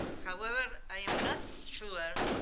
however, i am not sure